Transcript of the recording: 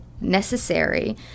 necessary